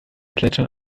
plätschern